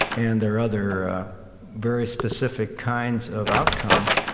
and there are other very specific kinds of outcomes,